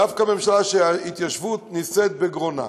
דווקא ממשלה שההתיישבות נישאת בגרונה,